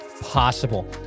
possible